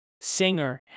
singer